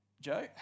Joe